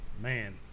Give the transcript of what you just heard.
Man